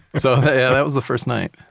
so that was the first night